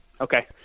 Okay